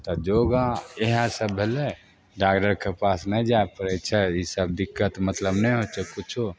तऽ योगा इएह सब भेलै डॉक्डरके पास नहि जाय पड़ै छै ईसब दिक्कत मतलब नहि होइ छै किच्छो